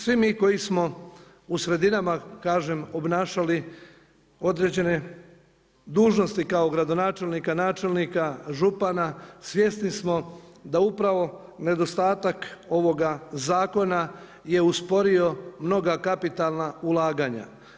Svi mi koji smo u sredinama, kažem obnašali određene dužnosti kao gradonačelnika, načelnika, župana, svjesni smo da upravo nedostatak ovoga zakona je usporio mnoga kapitalna ulaganja.